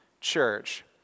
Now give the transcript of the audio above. church